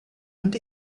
and